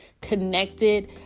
connected